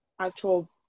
actual